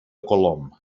colom